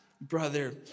brother